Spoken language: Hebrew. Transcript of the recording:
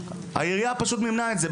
העירייה פשוט מימנה את זה.